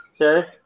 Okay